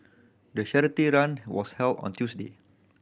the charity run was held on Tuesday